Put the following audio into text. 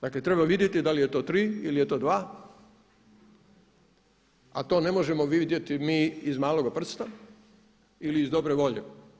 Dakle treba vidjeti da li je to tri ili je to dva, a to ne možemo vidjeti mi iz maloga prsta ili iz dobre volje.